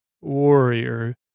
warrior